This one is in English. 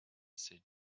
said